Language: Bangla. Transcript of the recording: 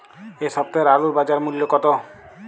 এ সপ্তাহের আলুর বাজার মূল্য কত?